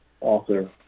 author